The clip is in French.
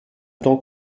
temps